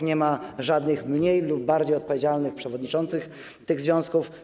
Nie ma żadnych mniej lub bardziej odpowiedzialnych przewodniczących tych związków.